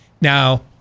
Now